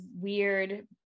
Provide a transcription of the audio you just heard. weird